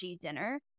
dinner